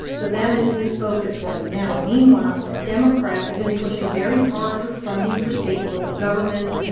so that is his focus right now. meanwhile, democrats have been pushing very hard for funding for state and local governments.